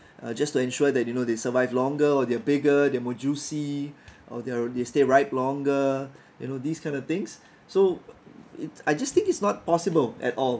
uh just to ensure that you know they survive longer or they're bigger they're more juicy or they are they stay ripe longer you know these kind of things so it's I just think it's not possible at all